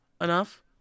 enough